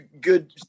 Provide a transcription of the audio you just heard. good